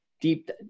deep